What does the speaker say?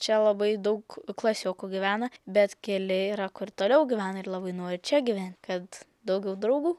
čia labai daug klasiokų gyvena bet keli yra kur toliau gyvena ir labai nori čia gyvent kad daugiau draugų